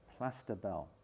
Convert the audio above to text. Plasterbell